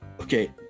okay